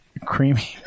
creamy